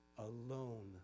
Alone